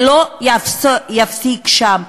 זה לא יפסיק שם,